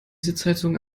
sitzheizung